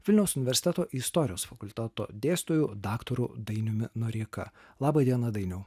vilniaus universiteto istorijos fakulteto dėstytoju daktaru dainiumi noreika laba diena dainiau